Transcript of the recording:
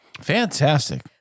Fantastic